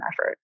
effort